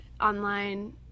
online